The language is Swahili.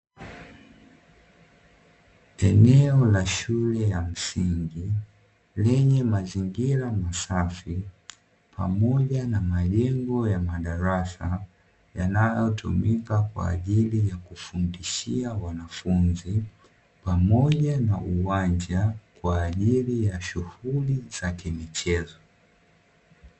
Eneo la shule ya msingi, lenye mazingira masafi, pamoja na majengo ya madarasa, yanayotumika kwa ajili ya kufundishia wanafunzi, pamoja na uwanja kwa ajili ya shughuli za kimichezo.